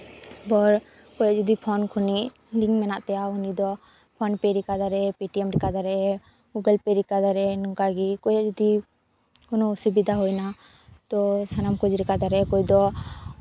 ᱯᱚᱨ ᱯᱚᱨ ᱠᱷᱚᱱᱤᱡ ᱡᱚᱫᱤ ᱯᱷᱳᱱ ᱠᱷᱚᱱᱤᱡ ᱞᱤᱝᱠ ᱢᱮᱱᱟᱜ ᱛᱟᱭᱟ ᱩᱱᱤ ᱫᱚ ᱯᱷᱳᱱ ᱯᱮ ᱞᱮᱠᱟ ᱫᱚᱨᱮ ᱯᱮᱴᱤᱮᱢ ᱞᱮᱠᱟ ᱫᱟᱨᱮ ᱜᱚᱞᱯᱚ ᱞᱮᱠᱟ ᱫᱚᱨᱮ ᱱᱚᱝᱠᱟᱜᱮ ᱠᱚᱭᱮᱠᱴᱤ ᱠᱳᱱᱳ ᱚᱥᱩᱵᱤᱫᱷᱟ ᱦᱩᱭᱱᱟ ᱛᱚ ᱥᱟᱱᱟᱢ ᱠᱚ ᱞᱮᱠᱷᱟ ᱫᱟᱨᱮ ᱚᱠᱚᱭ ᱫᱚ